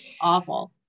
awful